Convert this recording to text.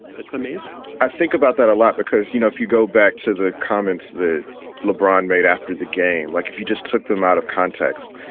it's amazing i think about that a lot because, you know, if you go back to the comments that lebron made after the game, like if you just took them out of context,